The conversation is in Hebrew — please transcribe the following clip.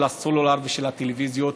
של הסלולר ושל הטלוויזיות.